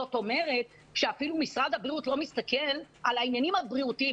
זאת אומרת שאפילו משרד הבריאות לא מסתכל על העניינים הבריאותיים,